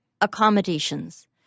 accommodations